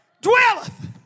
dwelleth